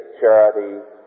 charity